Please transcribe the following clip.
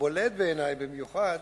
בולט בעיני במיוחד,